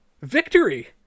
victory